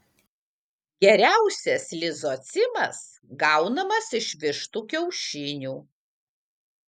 geriausias lizocimas gaunamas iš vištų kiaušinių